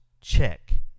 check